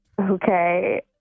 Okay